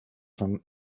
from